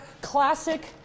classic